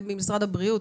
אולי משרד הבריאות.